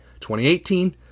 2018